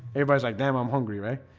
everybody's like damn. i'm hungry, right?